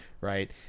right